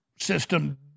system